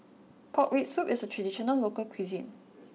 Pork Rib Soup is a traditional local cuisine